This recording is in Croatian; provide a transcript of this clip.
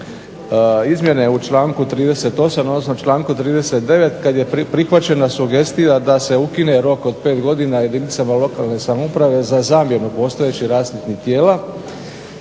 izmjene u članku 38., odnosno članku 39. kad je prihvaćena sugestija da se ukine rok od 5 godina jedinicama lokalne samouprave za zamjenu postojećih rasvjetnih tijela.